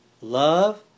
love